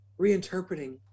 reinterpreting